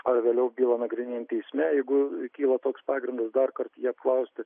ar vėliau bylą nagrinėjant teisme jeigu kyla toks pagrindas darkart jį apklausti